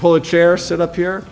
pull a chair sit up here